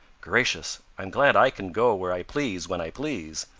gracious! i'm glad i can go where i please when i please.